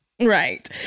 Right